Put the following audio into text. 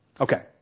Okay